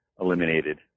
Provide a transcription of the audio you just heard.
eliminated